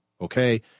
okay